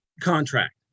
contract